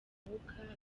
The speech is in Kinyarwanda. mwuka